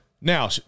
now